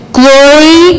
glory